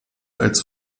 als